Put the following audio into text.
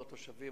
על התושבים,